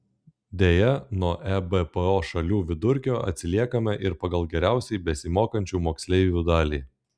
deja nuo ebpo šalių vidurkio atsiliekame ir pagal geriausiai besimokančių moksleivių dalį